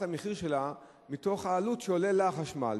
את המחיר שלה מתוך העלות שעולה לה החשמל.